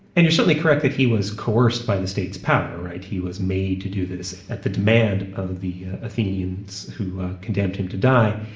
and you're certainly correct that he was coerced by the state's power, he was made to do this at the demand of the athenians who condemned him to die.